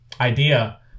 idea